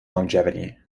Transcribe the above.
longevity